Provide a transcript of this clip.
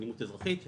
אלימות אזרחית.